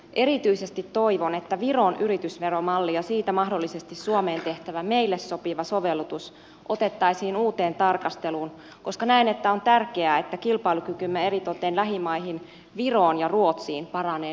erityisesti toivon että viron yritysveromalli ja siitä mahdollisesti suomeen tehtävä meille sopiva sovellutus otettaisiin uuteen tarkasteluun koska näen että on tärkeää että kilpailukykymme eritoten lähimaihin viroon ja ruotsiin paranee nykyisestä